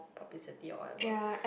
publicity or whatever